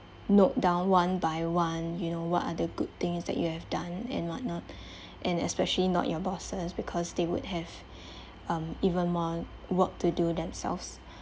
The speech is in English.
note down one by one you know what are the good things that you have done and whatnot and especially not your bosses because they would have um even more work to do themselves